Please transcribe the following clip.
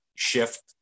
shift